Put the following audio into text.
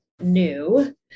new